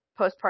postpartum